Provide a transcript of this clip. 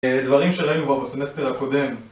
דברים שראינו כבר בסמסטר הקודם...